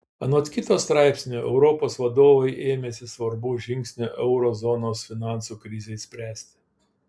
anot kito straipsnio europos vadovai ėmėsi svarbaus žingsnio euro zonos finansų krizei spręsti